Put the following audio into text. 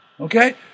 Okay